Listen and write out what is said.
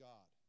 God